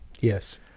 Yes